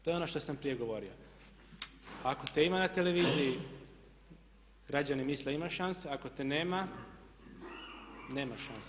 To je ono što sam prije govorio ako te ima na televiziji građani misle imaš šanse, ako te nema nemaš šanse.